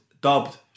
dubbed